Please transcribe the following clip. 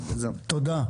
תודה.